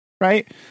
right